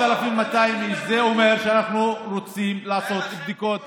4,200, זה אומר שאנחנו רוצים לעשות בדיקות לכולם,